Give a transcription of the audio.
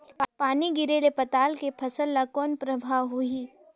पानी गिरे ले पताल के फसल ल कौन प्रभाव होही?